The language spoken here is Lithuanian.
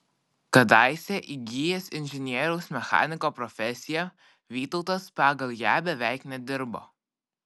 kadaise įgijęs inžinieriaus mechaniko profesiją vytautas pagal ją beveik nedirbo